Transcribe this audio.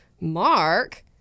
Mark